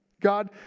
God